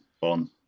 on